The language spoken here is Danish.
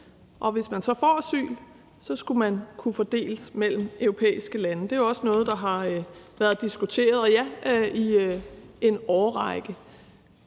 og dem, der så får asyl, skulle fordeles mellem europæiske lande. Det er jo også noget, der har været diskuteret i en årrække.